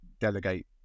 delegate